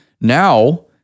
now